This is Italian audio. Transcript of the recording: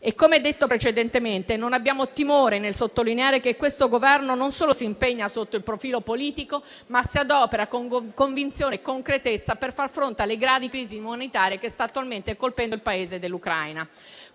- come detto precedentemente - non abbiamo timore a sottolineare che questo Governo non solo si impegna sotto il profilo politico, ma si adopera anche con convinzione e concretezza per far fronte alla grave crisi umanitaria che sta attualmente colpendo l'Ucraina.